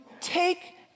take